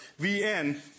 Vn